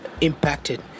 impacted